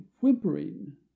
whimpering